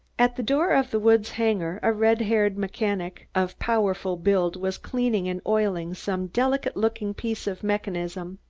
at the door of the woods hangar, a red-haired mechanic of powerful build was cleaning and oiling some delicate-looking piece of mechanism.